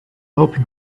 hoping